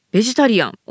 Vegetarian